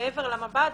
מעבר למב"ד.